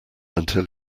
until